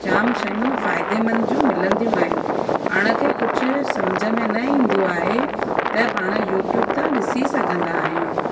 जाम शयूं फ़ाइदेमंद जूं मिलंदियूं आहिनि पाण खे कुझु सम्झि में न ईंदो आहे त पाण यूट्यूब तां ॾिसी सघंदा आहियूं